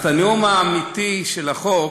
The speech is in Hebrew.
אז את הנאום האמיתי של החוק,